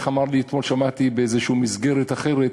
אתמול, באיזו מסגרת אחרת,